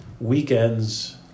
weekends